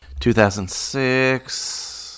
2006